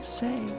say